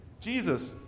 Jesus